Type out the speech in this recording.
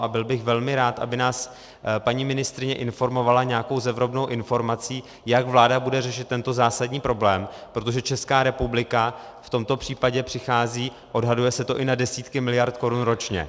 A byl bych velmi rád, aby nás paní ministryně informovala nějakou zevrubnou informací, jak vláda bude řešit tento zásadní problém, protože Česká republika v tomto případě přichází odhaduje se to i na desítky miliard korun ročně.